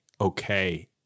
okay